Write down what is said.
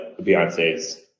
Beyonce's